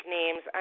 names